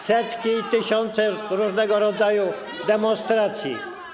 setki i tysiące różnego rodzaju demonstracji.